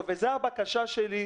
כבודו, הבקשה שלי,